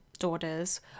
daughters